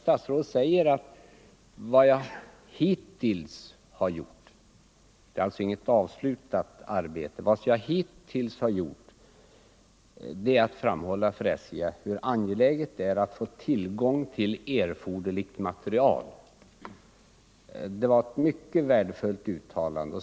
Statsrådet säger att ”vad jag hittills har gjort” — det är alltså inget avslutat arbete — ”är att framhålla för SJ hur angeläget det är att få tillgång till erforderligt material”. Det var ett mycket värdefullt uttalande.